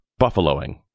buffaloing